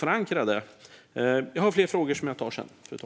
Fru talman! Jag har fler frågor, som jag tar senare.